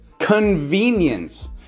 convenience